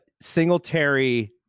Singletary